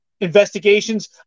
investigations